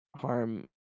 harm